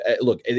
look